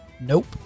Nope